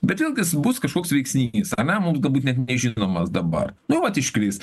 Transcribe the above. bet vėlgis bus kažkoks veiksnys ane mums galbūt net nežinomas dabar nu vat iškris